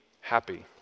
happy